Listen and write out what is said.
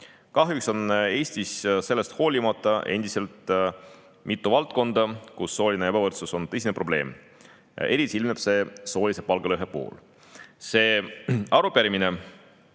Kahjuks on Eestis sellest hoolimata endiselt mitu valdkonda, kus sooline ebavõrdsus on tõsine probleem. Eriti ilmneb sooline palgalõhe. See arupärimine